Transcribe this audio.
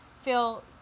feel